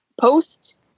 post